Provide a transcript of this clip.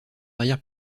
arrière